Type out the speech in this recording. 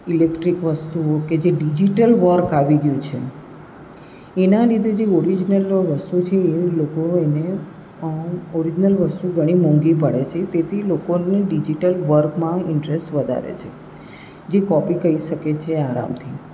electric વસ્તુઓ કે જે ડિજિટલ વર્ક આવી ગયું છે એના લીધે જે ઓરીજનલનો વસ્તુ છે એ લોકોને ઓરીજનલ વસ્તુ ઘણી મોંઘી પડે છે તેથી લોકોને ડિજિટલ વર્કમાં ઇન્ટરેસ્ટ વધારે છે જે કોપી કહી શકે છે આરામથી